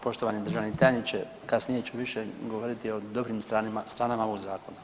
Poštovani državni tajniče kasnije ću više govoriti o dobrim stranama ovog zakona.